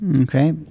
okay